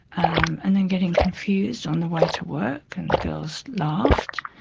um and then getting confused on the way to work, and the girls laughed.